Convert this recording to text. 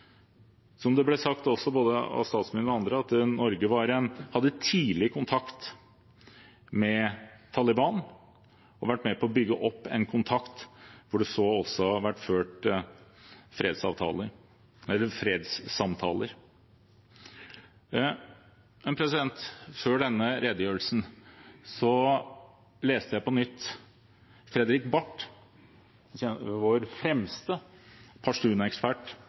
Som det ble sagt av statsministeren og andre, hadde Norge tidlig kontakt med Taliban og har vært med på å bygge opp en kontakt hvor det også har vært ført fredssamtaler. Før denne redegjørelsen leste jeg på nytt boka til vår fremste pashtun-ekspert, professor og antropolog Fredrik Barth,